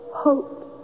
hope